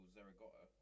Zaragoza